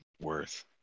worth